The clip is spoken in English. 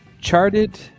charted